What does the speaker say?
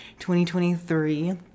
2023